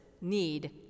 need